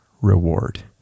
reward